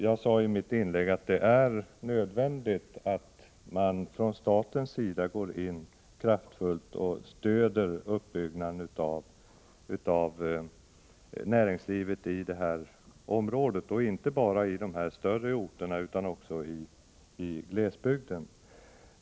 Jag sade i mitt inlägg att det är nödvändigt att man från statens sida går in kraftfullt och stöder uppbyggnaden av näringslivet i det här området, och inte bara i de större orterna utan också i glesbygden.